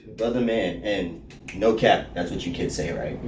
brother, man, and no cap. that's what you could say, right?